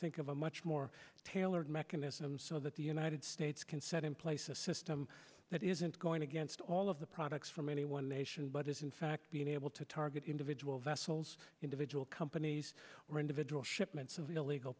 think of a much more tailored mechanism so that the united states can set in place a system that isn't going against all of the products from any one nation but is in fact being able to target individual vessels individual companies or individual shipments of illegal